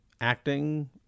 acting